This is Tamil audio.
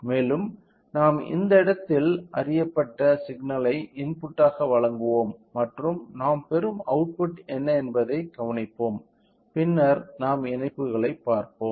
மேலும் நாம் இந்த இடத்தில் அறியப்பட்ட சிக்னல் ஐ இன்புட்டாக வழங்குவோம் மற்றும் நாம் பெறும் அவுட்புட் என்ன என்பதைக் கவனிப்போம் பின்னர் நாம் இணைப்புகளைப் பார்ப்போம்